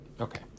Okay